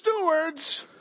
stewards